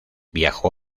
viajó